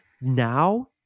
Now